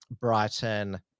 Brighton